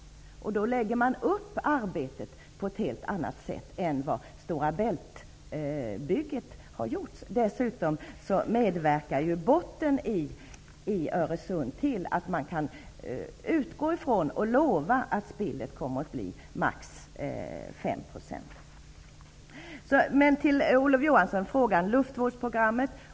Då läggs arbetet upp på ett helt annat sätt än det gjordes vid Store Bælt-bygget. Dessutom medverkar botten i Öresund till att man kan utgå från och lova att spillet kommer att bli max 5 %. Jag har frågat Olof Johansson om luftvårdsprogrammet.